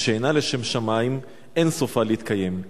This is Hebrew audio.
ושאינה לשם שמים, אין סופה להתקיים.